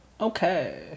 Okay